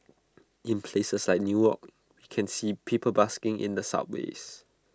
in places like new york we can see people busking in the subways